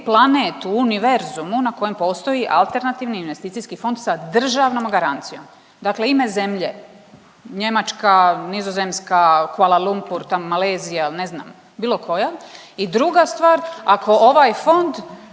planet u univerzumu na kojem postoji alternativni investicijski fond sa državnom garancijom, dakle ime zemlje Njemačka, Nizozemska, Kuala Lumpur, Malezija il ne znam bilo koja. I druga stvar ako ovaj fond